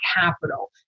capital